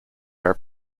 are